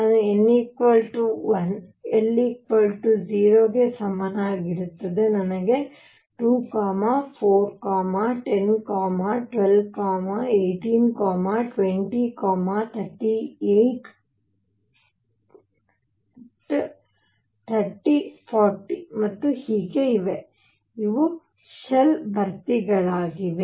ನಾನು n 1 l 0 ಗೆ ಸಮನಾಗಿರುತ್ತದೆ ನನಗೆ 2 4 10 12 18 20 30 38 40 ಮತ್ತು ಹೀಗೆ ಇವೆ ಇವು ಶೆಲ್ ಭರ್ತಿಗಳಾಗಿವೆ